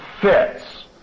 fits